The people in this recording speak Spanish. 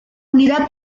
unidad